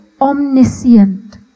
omniscient